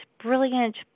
brilliant